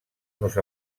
nos